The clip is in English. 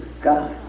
God